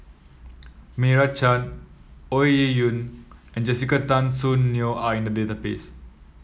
Meira Chand Ong Ye Kung and Jessica Tan Soon Neo are in the database